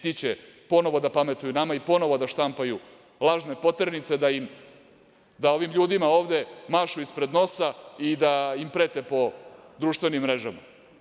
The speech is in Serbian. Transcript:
Ti će ponovo da pametuju nama i ponovo da štampaju lažne poternice da ovim ljudima ovde mašu ispred nosa i da im prete po društvenim mrežama.